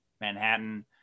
Manhattan